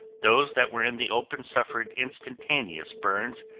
those that were in the open suffered instantaneous burns,